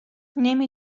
نمی